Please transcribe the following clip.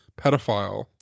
pedophile